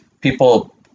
people